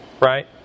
right